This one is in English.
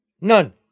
None